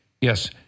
yes